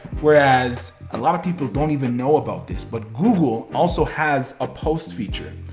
whereas a lot of people don't even know about this, but google also has a post feature.